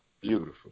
Beautiful